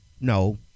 no